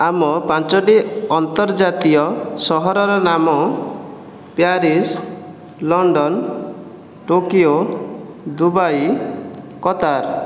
ଆମ ପାଞ୍ଚଟି ଅନ୍ତର୍ଜାତୀୟ ସହରର ନାମ Paris London Tokyo Dubai Qatar